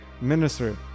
minister